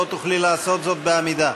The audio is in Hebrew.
את לא תוכלי לעשות זאת בעמידה.